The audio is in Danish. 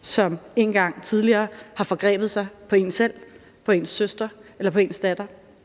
som en gang tidligere har forgrebet sig på en selv, på ens søster eller på ens datter?